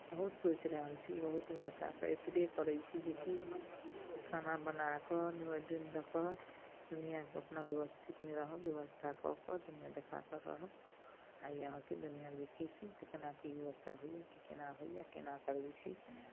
बहुत सोचि रहल छी बहुत व्यवस्थासँ एतबे करै छी जेकि खाना बना कऽ नैवैद्य दऽ कऽ दुनिआँमे अपना व्यवस्थितमे रहब व्यवस्था कऽ कऽ दुनिआँ देखा कऽ रहब आइ अहाँके दुनिआँ देखै छी तऽ केना की व्यवस्था होइए की केना की होइए केना करै छी